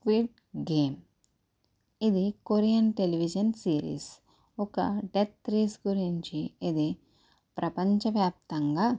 స్క్విట్ game ఇది Korean television series ఒక death race గురించి ఇది ప్రపంచ వ్యాప్తంగా